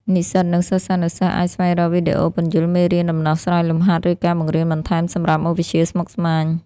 និស្សិត និងសិស្សានុសិស្សអាចស្វែងរកវីដេអូពន្យល់មេរៀន ដំណោះស្រាយលំហាត់ ឬការបង្រៀនបន្ថែមសម្រាប់មុខវិជ្ជាស្មុគស្មាញ។